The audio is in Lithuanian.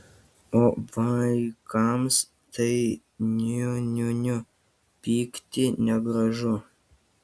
o vaikams tai niu niu niu pykti negražu